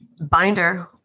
binder